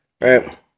right